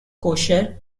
kosher